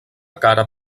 cara